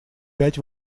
пять